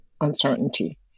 uncertainty